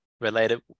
related